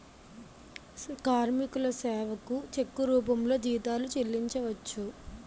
కార్మికుల సేవకు చెక్కు రూపంలో జీతాలు చెల్లించవచ్చు